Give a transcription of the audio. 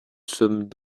sommes